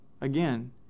Again